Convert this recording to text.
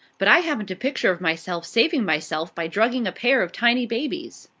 but i haven't a picture of myself saving myself by drugging a pair of tiny babies.